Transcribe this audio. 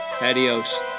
adios